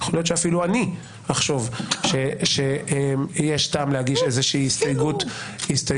יכול להיות שאפילו אני אחשוב שיש טעם להגיש איזה הסתייגות יו"ר,